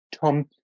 Tom